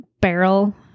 barrel